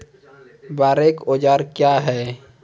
बोरेक औजार क्या हैं?